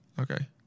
Okay